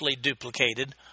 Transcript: duplicated